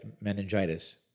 meningitis